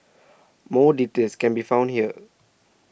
more details can be found here